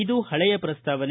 ಇದು ಪಳೆಯ ಪ್ರಸ್ತಾವನೆ